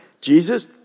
Jesus